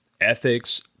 ethics